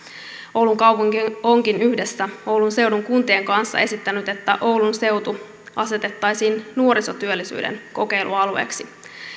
oulun kaupunki onkin yhdessä oulun seudun kuntien kanssa esittänyt että oulun seutu asetettaisiin nuorisotyöllisyyden kokeilualueeksi